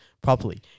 Properly